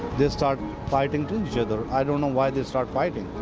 they start fighting to each other i don't know why they start fighting.